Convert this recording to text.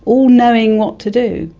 all knowing what to do.